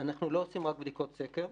אנחנו לא עושים רק בדיקות סקר.